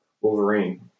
Wolverine